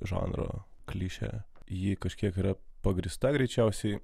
žanro klišę ji kažkiek yra pagrįsta greičiausiai